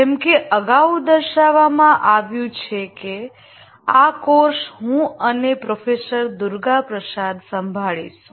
જેમ કે અગાઉ દર્શાવવામાં આવ્યું છે કે આ કોર્સ હું અને પ્રોફેસર દુર્ગાપ્રસાદ સંભાળીશું